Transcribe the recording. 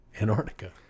Antarctica